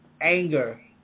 anger